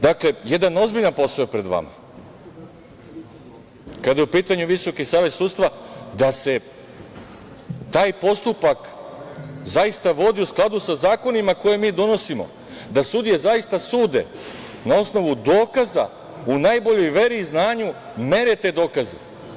Dakle, jedan ozbiljan posao je pred vama kada je u pitanju Visoki savet sudstva da se taj postupak zaista vodi u skladu sa zakonima koje mi donosimo, da sudije zaista sude na osnovu dokaza, u najboljoj veri i znanju mere te dokaze.